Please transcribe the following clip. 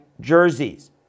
jerseys